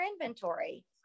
inventory